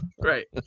Great